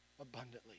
abundantly